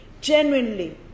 genuinely